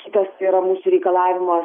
kitas yra mūsų reikalavimas